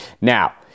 Now